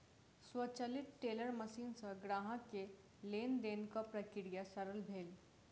स्वचालित teller machine सॅ ग्राहक के लेन देनक प्रक्रिया सरल भेल